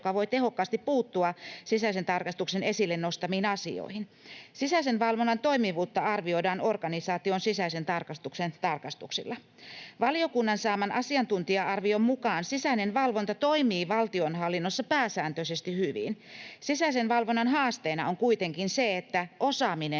joka voi tehokkaasti puuttua sisäisen tarkastuksen esille nostamiin asioihin. Sisäisen valvonnan toimivuutta arvioidaan organisaation sisäisen tarkastuksen tarkastuksilla. Valiokunnan saaman asiantuntija-arvion mukaan sisäinen valvonta toimii valtionhallinnossa pääsääntöisesti hyvin. Sisäisen valvonnan haasteena on kuitenkin se, että osaaminen